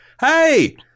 hey